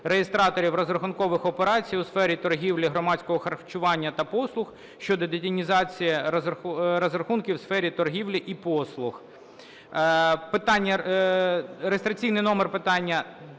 реєстраторів розрахункових операцій у сфері торгівлі, громадського харчування та послуг" щодо детінізації розрахунків в сфері торгівлі і послуг. Питання... (реєстраційний номер питання